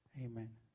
Amen